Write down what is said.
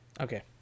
Okay